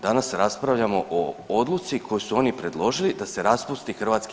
Danas raspravljamo o Odluci koju su oni predložili da se raspusti HS.